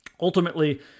Ultimately